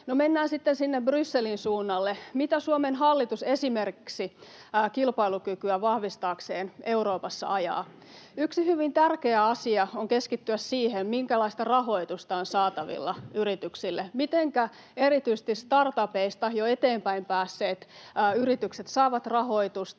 mennään sitten sinne Brysselin suunnalle. Mitä Suomen hallitus esimerkiksi kilpailukykyä vahvistaakseen Euroopassa ajaa? Yksi hyvin tärkeä asia on keskittyä siihen, minkälaista rahoitusta on saatavilla yrityksille, mitenkä erityisesti startupeista jo eteenpäin päässeet yritykset saavat rahoitusta,